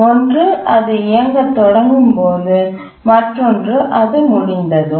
ஒன்று அது இயங்கத் தொடங்கும் போது மற்றொன்று அது முடிந்ததும்